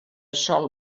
sol